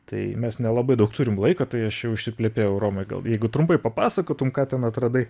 tai mes nelabai daug turim laiko tai aš jau užsiplepėjau romai gal jeigu trumpai papasakotum ką ten atradai